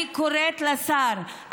אני קוראת לשר,